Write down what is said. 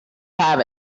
have